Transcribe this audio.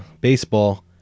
baseball